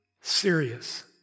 serious